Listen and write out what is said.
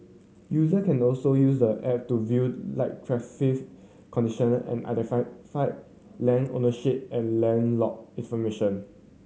user can also use the app to viewed live traffic condition and identify land ownership and land lot information